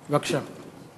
בבקשה.